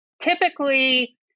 typically